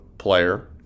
player